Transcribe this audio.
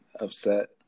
upset